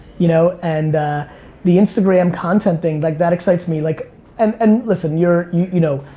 you know. and the instagram content thing, like that excites me. like and and listen, you're, you know,